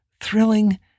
thrilling